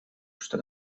что